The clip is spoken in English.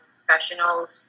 professionals